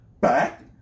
back